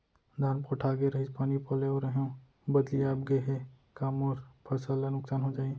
धान पोठागे रहीस, पानी पलोय रहेंव, बदली आप गे हे, का मोर फसल ल नुकसान हो जाही?